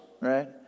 right